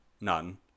None